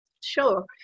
sure